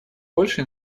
больше